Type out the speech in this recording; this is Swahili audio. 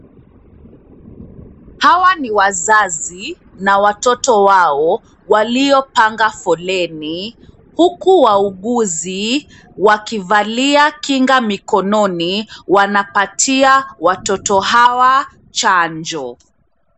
Hawa ni wazazi na watoto wao waliopanga fuleni huku wauguzi wakivalia kinga mikononi wanapatia watoto hawa chanjo.